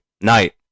night